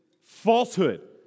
falsehood